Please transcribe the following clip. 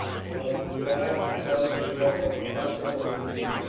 while to clive himself he offered a large sum of money.